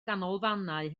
ganolfannau